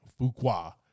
Fuqua